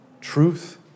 truth